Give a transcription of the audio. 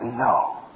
No